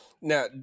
Now